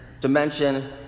dimension